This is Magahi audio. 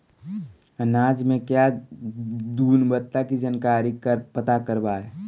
अनाज मे क्या गुणवत्ता के जानकारी पता करबाय?